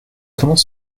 comment